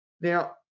Now